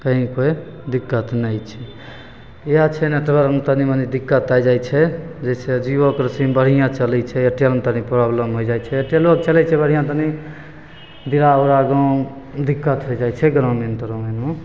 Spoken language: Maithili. कहीँ कोइ दिक्कत नहि छै इएह छै नेटवर्कमे तनि मनि दिक्कत आ जाइ छै जइसे जिओके सिम बढ़िआँ चलै छै एयरटेलमे तनि प्रॉब्लम होइ जाइ छै एयरटेलो चलै छै बढ़िआँ तनि दिअरा उरा गाम दिक्कत होइ जाइ छै ग्रामीण त्रामीणमे